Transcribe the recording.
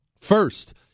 First